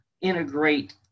integrate